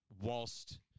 whilst